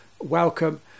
welcome